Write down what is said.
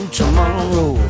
tomorrow